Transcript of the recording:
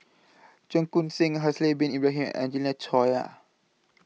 Cheong Koon Seng Haslir Bin Ibrahim Angelina Choy